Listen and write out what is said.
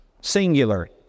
singular